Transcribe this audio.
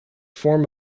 form